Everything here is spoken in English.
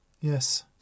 Yes